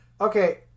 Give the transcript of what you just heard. Okay